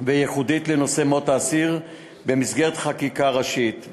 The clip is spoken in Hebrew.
וייחודית לנושא מות אסיר במסגרת חקיקה ראשית.